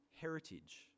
heritage